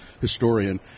historian